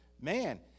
Man